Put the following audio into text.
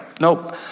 Nope